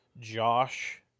Josh